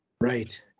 Right